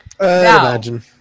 imagine